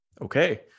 okay